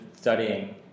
studying